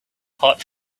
hot